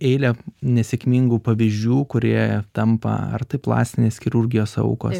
eilę nesėkmingų pavyzdžių kurie tampa ar tai plastinės chirurgijos aukos